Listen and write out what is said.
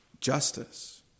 justice